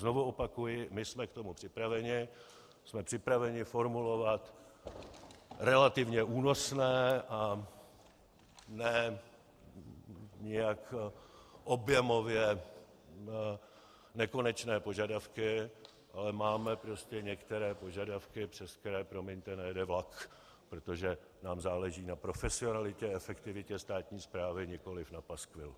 Znovu opakuji, my jsme k tomu připraveni, jsme připraveni formulovat relativně únosné a nijak objemově nekonečné požadavky, ale máme některé požadavky, přes které, promiňte, nejede vlak, protože nám záleží na profesionalitě, efektivitě státní správy, nikoli na paskvilu.